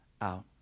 out